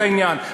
את העניין,